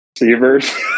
receivers